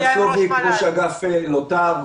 אני ראש אגף לוט"ר,